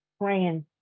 praying